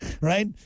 Right